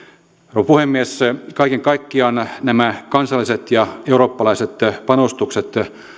rouva puhemies kaiken kaikkiaan nämä nämä kansalliset ja eurooppalaiset panostukset